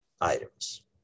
items